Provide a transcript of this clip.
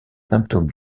symptômes